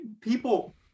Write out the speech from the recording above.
people